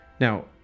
Now